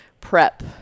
prep